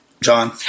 John